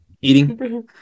eating